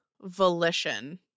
volition